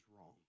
wrong